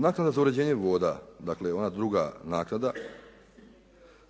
naknade za uređenje vode, dakle ona druga naknada